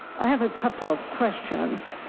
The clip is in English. i have a couple of questions